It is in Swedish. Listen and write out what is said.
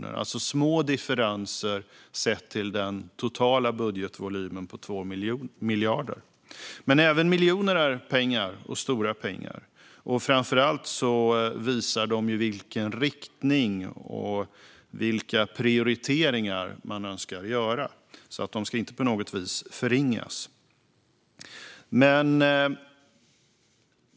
Det är alltså små differenser sett till den totala budgetvolymen på 2 miljarder. Men även miljoner är stora pengar. Framför allt visar de vilken riktning man önskar ta och vilka prioriteringar man önskar göra. De ska alltså inte på något vis förringas. Fru talman!